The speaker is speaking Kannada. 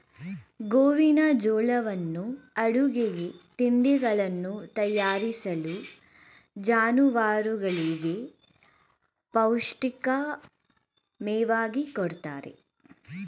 ಗೋವಿನಜೋಳವನ್ನು ಅಡುಗೆಗೆ, ತಿಂಡಿಗಳನ್ನು ತಯಾರಿಸಲು, ಜಾನುವಾರುಗಳಿಗೆ ಪೌಷ್ಟಿಕ ಮೇವಾಗಿ ಕೊಡುತ್ತಾರೆ